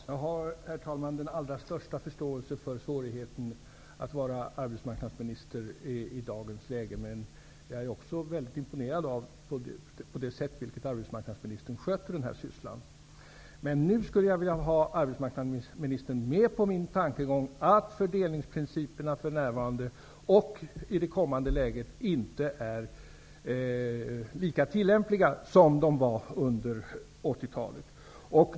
Herr talman! Jag har den allra största förståelse för svårigheten att vara arbetsmarknadsminister i dagens läge. Men jag är mycket imponerad över det sätt på vilket arbetsmarknadsministern sköter sysslan. Men jag skulle vilja ha arbetsmarknadsministern med på min tankegång att fördelningsprinciperna för närvarande och i det kommande läget inte är lika tillämpliga som de var under 80-talet.